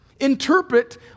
interpret